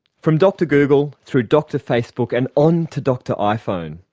from dr google through dr facebook and on to dr iphone.